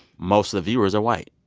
most of the viewers are white.